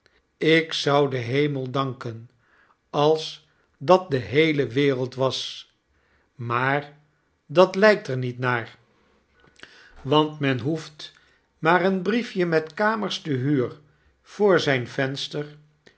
ik zou den kernel dankenals sat de heele wereld was maar dat lykterniet naar want men hoeft maareenbriefje met kamers te huur voor zp venster